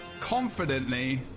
confidently